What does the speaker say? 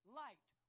light